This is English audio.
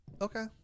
Okay